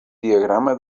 diagrama